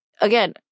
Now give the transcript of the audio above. again